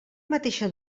mateixa